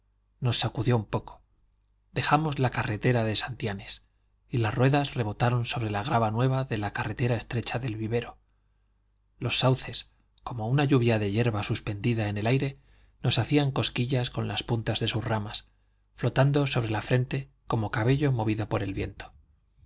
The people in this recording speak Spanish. nos sacudió un poco dejamos la carretera de santianes y las ruedas rebotaron sobre la grava nueva de la carretera estrecha del vivero los sauces como una lluvia de yerba suspendida en el aire nos hacían cosquillas con las puntas de sus ramas flotando sobre la frente como cabello movido por el viento